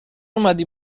اومدی